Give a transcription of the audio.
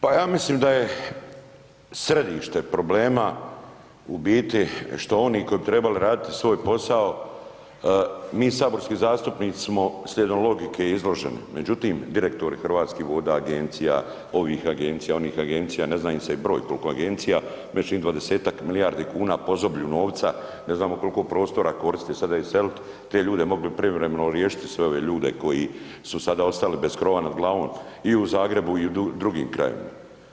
Pa ja mislim da je središte problema u biti što oni koji bi trebali raditi svoj posao mi saborski zastupnici smo slijedom logike i izloženi, međutim direktori Hrvatski voda, agencija, ovih agencija, onih agencija, ne zna im se broj koliko agencija meni se čini 20-ak milijardi kuna pozoblju novca, ne znamo koliko prostora koriste sada iselit te ljude, mogli bi privremeno riješiti sve ove ljude koji su sada ostali bez krova nad glavom i u Zagrebu i u drugim krajevima.